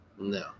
No